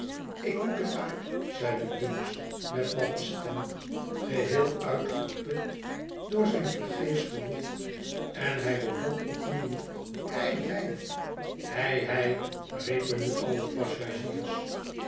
ik moet er uit zeide dumps met matte stem geheel uitgeput door zijn vergeefsch geroep en hij begon op nieuw hei hei i hei hei riepen nu al de passagiers